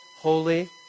Holy